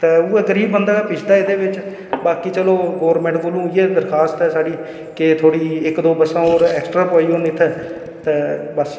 ते उ'ऐ गरीब बंदा गै पिसदा एह्दे च ते बाकी चलो गोरमैंट अग्गें इ'यै दरखास्त ऐ कि थोह्ड़ी इक्क दो बस्सां होर पोआई ओड़न इत्थें ते बस्स